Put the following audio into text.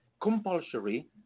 compulsory